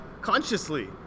Consciously